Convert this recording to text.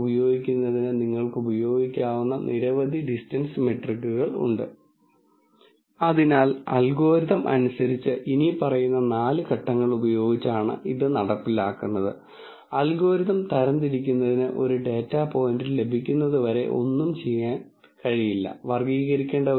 എന്നിരുന്നാലും നിങ്ങൾ ക്ലാസ്സിഫൈ ചെയ്യാൻ ഉപയോഗിക്കുന്ന ഡിസിഷൻ ബൌണ്ടറി ഫങ്ക്ഷൻ ഈ രൂപത്തിലുള്ളതാണെങ്കിൽ ഇതും ഇതും തമ്മിലുള്ള വ്യത്യാസം നിങ്ങൾ കാണുന്നു ഇത് നോൺ ലീനിയർ ഇത് ലീനിയർ ആണ് നോൺ ലീനിയർ ഡിസിഷൻ ബൌണ്ടറികൾ ഉപയോഗിച്ച് ഇത്തരത്തിലുള്ള പ്രോബ്ളങ്ങൾക്കായി ക്ലാസ്സിഫൈ ചെയ്യുന്നതിന് ഹാഫ് സ്പെയ്സിന്റെ അടിസ്ഥാനത്തിൽ നമ്മൾ പഠിച്ച ആശയങ്ങൾ എളുപ്പത്തിൽ വിപുലീകരിക്കാൻ കഴിയും